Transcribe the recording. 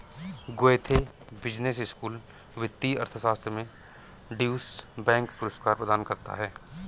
Goethe business school वित्तीय अर्थशास्त्र में ड्यूश बैंक पुरस्कार प्रदान करता है